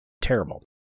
terrible